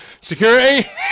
Security